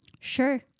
sure